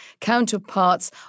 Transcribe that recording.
counterparts